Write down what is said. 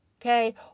Okay